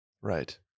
Right